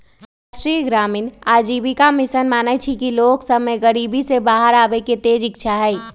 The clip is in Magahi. राष्ट्रीय ग्रामीण आजीविका मिशन मानइ छइ कि लोग सभ में गरीबी से बाहर आबेके तेज इच्छा हइ